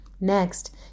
Next